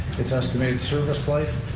its estimated service life,